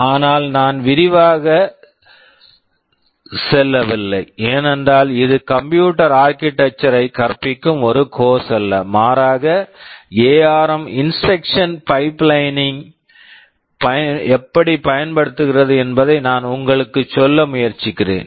ஆனால் நான் விரிவாக detail ஆக செல்லவில்லை ஏனென்றால் இது கம்ப்யூட்டர் ஆர்க்கிடெக்சர் computer architecture ஐக் கற்பிக்கும் ஒரு கோர்ஸ் course அல்ல மாறாக ARM ARM instruction pipelining instruction pipelining ஐப் பயன்படுத்துகிறது என்பதை நான் உங்களுக்குச் சொல்ல முயற்சிக்கிறேன்